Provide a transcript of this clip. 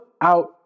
out